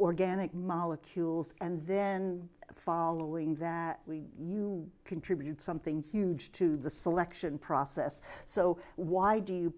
organic molecules and then following that you contribute something fuge to the selection process so why do you